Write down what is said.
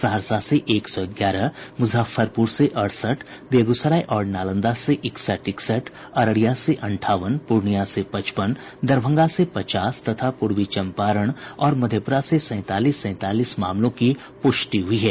सहरसा से एक सौ ग्यारह मुजफ्फरपुर से अड़सठ बेगूसराय और नालंदा से इकसठ इकसठ अररिया से अंठावन पूर्णिया से पचपन दरभंगा से पचास तथा पूर्वी चंपारण और मधेपुरा से सैंतालीस सैंतालीस मामलों की पुष्टि हुई है